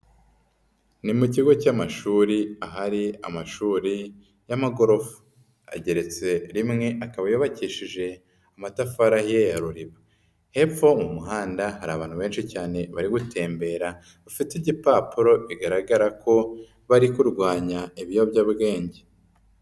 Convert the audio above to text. Ni mu kigo cy'amashuri ahari amashuri y'amagorofa, ageretse rimwe akaba yubakishije amatafari ye ya ruliba, hepfo mu muhanda hari abantu benshi cyane bari gutembera bafite igipapuro bigaragara ko bari kurwanya ibiyobyabwenge.